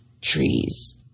trees